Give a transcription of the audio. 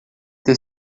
ter